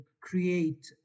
create